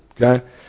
okay